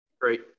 Great